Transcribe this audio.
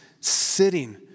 sitting